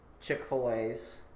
Chick-fil-A's